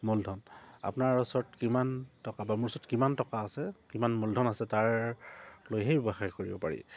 মূলধন আপোনাৰ ওচৰত কিমান টকা বা মোৰ ওচৰত কিমান টকা আছে কিমান মূলধন আছে তাৰ লৈ সেই ব্যৱসায় কৰিব পাৰি